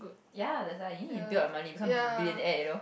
ya that's I did do a money can't be at all